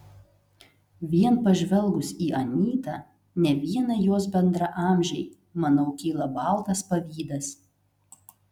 vien pažvelgus į anytą ne vienai jos bendraamžei manau kyla baltas pavydas